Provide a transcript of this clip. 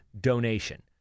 donation